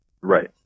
Right